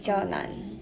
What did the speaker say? oh